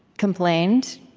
complained,